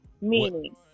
Meaning